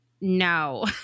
no